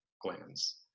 glands